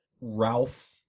Ralph